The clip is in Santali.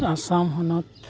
ᱟᱥᱟᱢ ᱦᱚᱱᱚᱛ